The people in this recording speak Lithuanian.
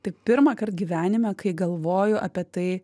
tai pirmąkart gyvenime kai galvoju apie tai